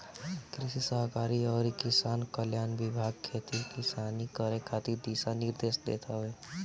कृषि सहकारिता अउरी किसान कल्याण विभाग खेती किसानी करे खातिर दिशा निर्देश देत हवे